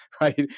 right